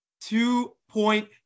two-point